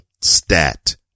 stat